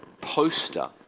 poster